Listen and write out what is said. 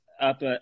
up